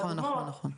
נכון, נכון.